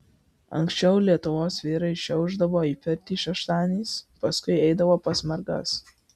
anksčiau lietuvos vyrai šiaušdavo į pirtį šeštadieniais paskui eidavo pas mergas